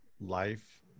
life